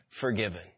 forgiven